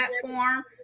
platform